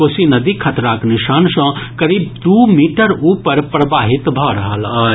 कोसी नदी खतराक निशान सॅ करीब दू मीटर ऊपर प्रवाहित भऽ रहल अछि